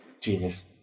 Genius